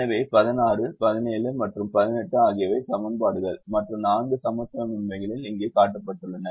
எனவே 16 17 மற்றும் 18 ஆகியவை சமன்பாடுகள் மற்ற நான்கு சமத்துவமின்மைகளில் இங்கே காட்டப்பட்டுள்ளன